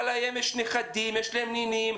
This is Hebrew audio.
יש להם נכדים ונינים,